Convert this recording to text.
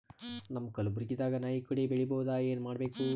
ನಮ್ಮ ಕಲಬುರ್ಗಿ ದಾಗ ನಾಯಿ ಕೊಡೆ ಬೆಳಿ ಬಹುದಾ, ಏನ ಏನ್ ಮಾಡಬೇಕು?